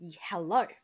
Hello